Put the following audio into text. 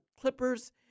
clippers